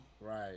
Right